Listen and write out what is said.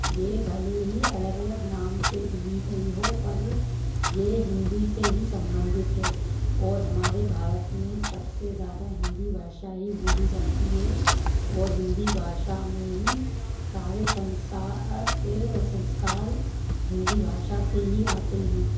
यह भले ही अलग अलग नाम पर दी गई हो पर यह हिंदी से ही सम्बन्धित है और हमारे भारत में सबसे ज़्यादा हिंदी भाषा ही बोली जाती है और हिंदी भाषा में ही सारे संसार के और संस्कार हिंदी भाषा से ही आते हैं